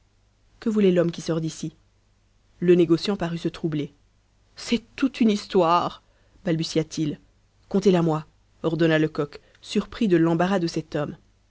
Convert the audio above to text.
que voulait l'homme qui sort d'ici le négociant parut se troubler c'est tout une histoire balbutia-t-il contez la moi ordonna lecoq surpris de l'embarras de cet homme